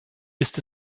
ist